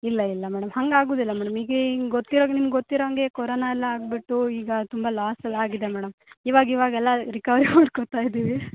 ಇಲ್ಲ ಇಲ್ಲ ಮೇಡಮ್ ಹಂಗೆ ಆಗೋದಿಲ್ಲ ಮೇಡಮ್ ಈಗ ಹಿಂಗ್ ಗೊತ್ತಿರೋ ಹಾಗ್ ನಿಮ್ಗೆ ಗೊತ್ತಿರೋ ಹಂಗೆ ಕೊರೋನ ಎಲ್ಲ ಆಗಿಬಿಟ್ಟು ಈಗ ತುಂಬ ಲಾಸ್ ಎಲ್ಲ ಆಗಿದೆ ಮೇಡಮ್ ಇವಾಗ ಇವಾಗ ಎಲ್ಲ ರಿಕವರಿ ಮಾಡ್ಕೊತ ಇದ್ದೀವಿ